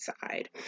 side